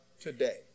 today